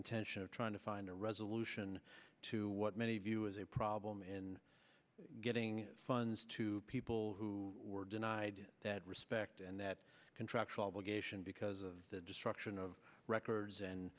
intention of trying to find a resolution to what many view as a problem in getting funds to people who were denied that respect and that contractual obligation because of the destruction of records and